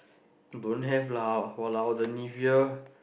don't have lah !walao! the Nivea